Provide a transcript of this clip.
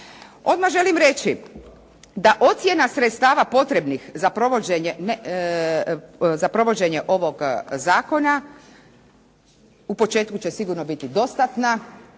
Odmah želim reći da ocjena sredstava potrebnih za provođenje ovog zakona u početku će sigurno biti dostatna.